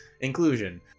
Inclusion